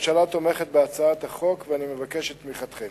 הממשלה תומכת בהצעת החוק, ואני מבקש את תמיכתם.